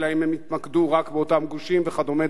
אלא אם כן הם יתמקדו רק באותם גושים וכדומה.